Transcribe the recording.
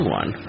one